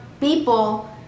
people